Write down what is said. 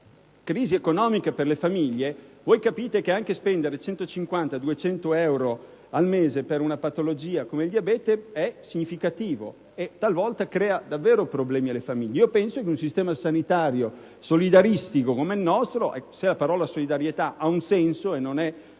crisi economica per le famiglie, capite che anche spendere 150-200 euro al mese per una patologia come il diabete è significativo e talvolta crea davvero problemi. Penso che un sistema sanitario solidaristico come il nostro - se la parola «solidarietà» ha un senso e non è